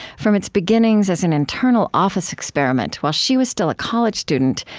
from its beginnings as an internal office experiment while she was still a college student,